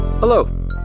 Hello